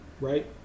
Right